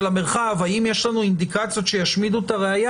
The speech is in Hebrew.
המרחב: האם יש לנו אינדיקציות שישמידו את הראיה